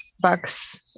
bucks